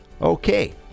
okay